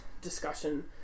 discussion